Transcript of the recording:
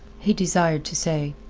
he desired to say,